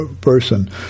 person